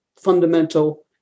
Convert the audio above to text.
fundamental